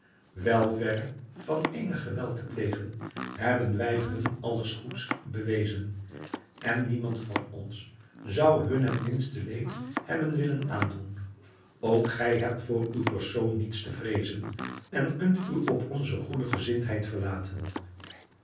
wel verre van eenig geweld te plegen hebben wij hun alles goeds bewezen en niemand van ons zou hun het minste leed hebben willen aandoen ook gij hebt voor uw persoon niets te vreezen en kunt u op onze goede gezindheid verlaten